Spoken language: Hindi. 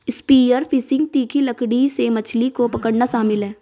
स्पीयर फिशिंग तीखी लकड़ी से मछली को पकड़ना शामिल है